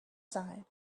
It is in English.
side